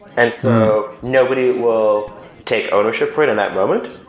and so nobody will take ownership for it in that moment.